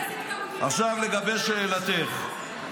עכשיו לגבי שאלתך.